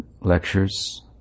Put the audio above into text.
lectures